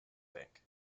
bank